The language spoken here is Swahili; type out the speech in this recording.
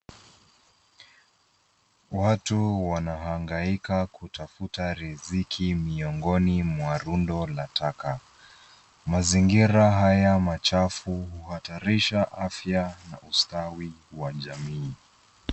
Watu wanahangaika kutafuta riziki miongoni mwa rundo la takataka. Mazingira haya machafu huhatarisha afya na ustawi wa jamii.